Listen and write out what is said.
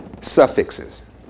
suffixes